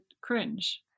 cringe